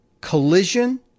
collision